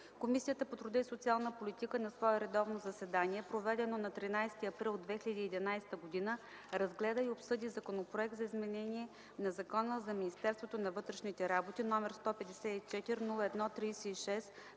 Комисията по труда и социалната политика на свое редовно заседание, проведено на 13 април 2011 г., разгледа и обсъди Законопроект за изменение на Закона за Министерството на вътрешните работи, № 154-01-36,